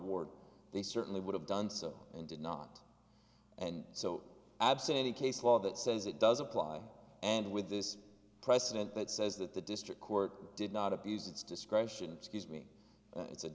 ward they certainly would have done so and did not and so absent any case law that says it does apply and with this precedent that says that the district court did not abuse its discretion excuse me it's a